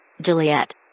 Juliet